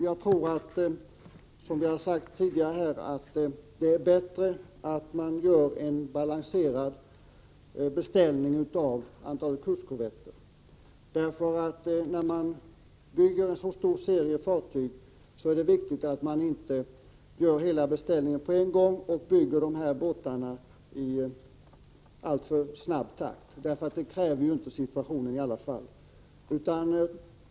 Jag tror att det, som vi sagt tidigare, är bättre att göra en balanserad beställning av kustkorvetter. När man bygger en så stor serie fartyg är det viktigt att man inte gör hela beställningen på en gång och bygger båtarna i en alltför snabb takt. Det kräver situationen i alla fall inte.